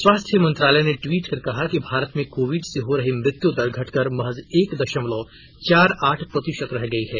स्वास्थ्य मंत्रालय ने टवीट कर कहा कि भारत में कोविड से हो रही मृत्यु दर घटकर महज एक दशमलव चार आठ प्रतिशत रह गई है